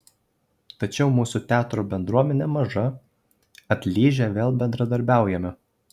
tačiau mūsų teatro bendruomenė maža atlyžę vėl bendradarbiaujame